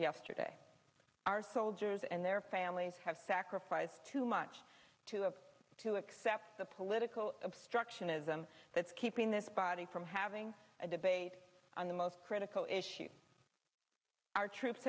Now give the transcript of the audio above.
yesterday our soldiers and their families have sacrificed too much to have to accept the political obstructionism that is keeping this body from having a debate on the most critical issue our troops